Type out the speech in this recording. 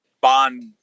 bond